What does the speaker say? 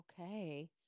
Okay